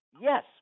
yes